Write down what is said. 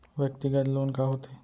व्यक्तिगत लोन का होथे?